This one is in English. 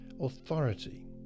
authority